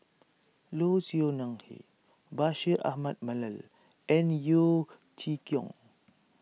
Low Siew Nghee Bashir Ahmad Mallal and Yeo Chee Kiong